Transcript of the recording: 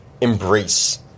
embrace